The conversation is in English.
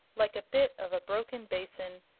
like a bit of a broken basin,